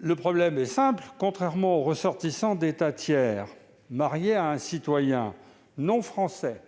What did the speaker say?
Le problème est simple. Contrairement aux ressortissants d'États tiers mariés à un citoyen non français,